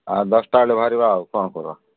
ଆଉ ଦଶଟା ବେଳେ ବାହାରିବା ଆଉ କ'ଣ କରିବା